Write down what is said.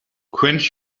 quench